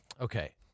okay